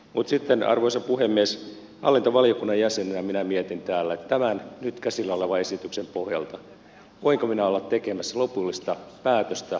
mutta sitten arvoisa puhemies hallintovaliokunnan jäsenenä minä mietin täällä voinko minä tämän nyt käsillä olevan esityksen pohjalta olla tekemässä lopullista päätöstä muun muassa kuntarakennelaista